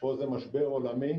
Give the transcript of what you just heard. פה זה משבר עולמי